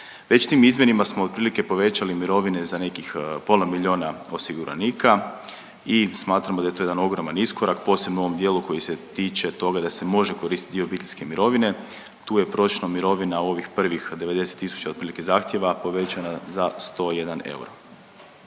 Već tim izmjenama smo otprilike povećali mirovine za nekih pola milijuna osiguranika i smatramo da je to jedan ogroman iskorak, posebno u ovom dijelu koji se tiče toga da se može koristiti dio obiteljske mirovine. Tu je …/Govornik se ne razumije./… mirovina u ovih prvih 90 tisuća otprilike zahtjeva povećana za 101 euro.